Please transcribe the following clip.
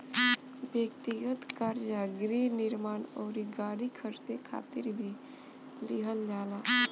ब्यक्तिगत कर्जा गृह निर्माण अउरी गाड़ी खरीदे खातिर भी लिहल जाला